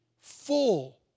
full